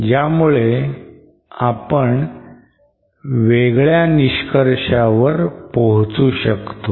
ज्यामुळे आपण वेगळ्या निष्कर्षावर पोहोचू शकतो